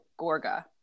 Gorga